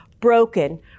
broken